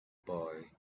boy